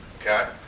okay